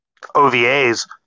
OVAs